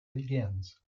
begins